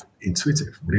intuitive